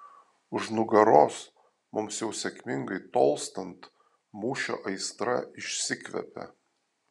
už nugaros mums jau sėkmingai tolstant mūšio aistra išsikvepia